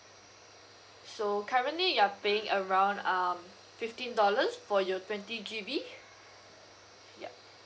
so currently you're paying around um fifteen dollars for your twenty G_B ya